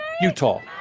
Utah